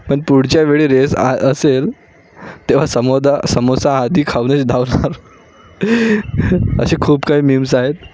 पण पुढच्या वेळी रेस आ असेल तेव्हा समोसा समोसा आधी खाऊनंच धावणार असे खूप काही मीम्स आहेत